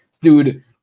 Dude